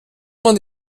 man